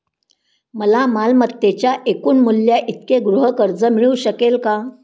मला मालमत्तेच्या एकूण मूल्याइतके गृहकर्ज मिळू शकेल का?